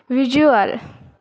visual